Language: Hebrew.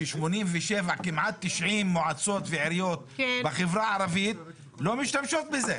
שכמעט 90 מועצות ועיריות בחברה הערבית לא משתמשות בזה.